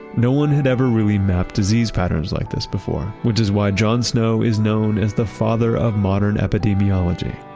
no one had ever really mapped disease patterns like this before, which is why john snow is known as the father of modern epidemiology.